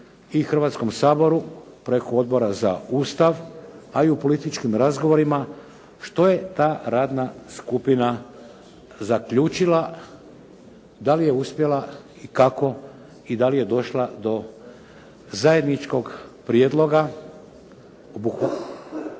Hrvatskom saboru preko Odbora za Ustav, a i u političkim razgovorima što je ta radna skupina zaključila. Da li je uspjela i kako i da li je došla do zajedničkog prijedloga